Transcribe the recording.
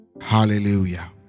hallelujah